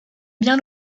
bien